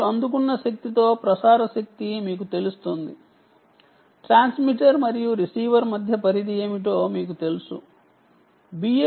అందుకున్న శక్తితో ప్రసార శక్తి మీకు తెలిసినట్లైతే దీని ద్వారా మీరు ట్రాన్స్మిటర్ మరియు రిసీవర్ మధ్య పరిధి ఏమిటో మీకు తెలుసుకోవచ్చు